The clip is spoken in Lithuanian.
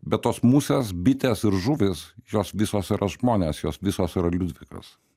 bet tos musės bitės ir žuvys jos visos yra žmonės jos visos yra liudvikas